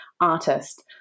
artist